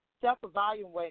self-evaluating